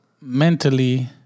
mentally